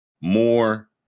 More